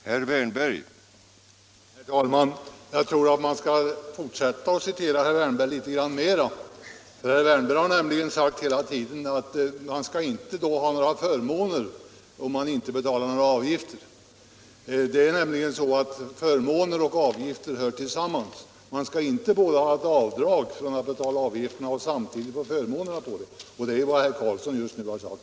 Herr talman! Jag tror att man skall fortsätta och citera herr Wärnberg litet mer. Herr Wärnberg har nämligen hela tiden sagt att man inte heller skall ha några förmåner, om man inte betalar några avgifter. Förmåner och avgifter hör ju samman, och man kan inte samtidigt göra avdrag när det gäller att betala avgifterna och få förmånerna för dem. Det är också vad herr Karlsson i Ronneby just nu har sagt.